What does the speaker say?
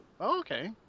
okay